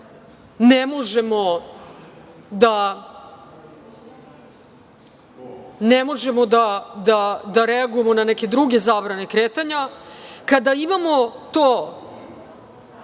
ne možemo da reagujemo na neke druge zabrane kretanja, kada imamo to